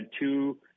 two